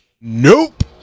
Nope